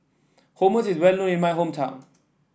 hummus is well known in my hometown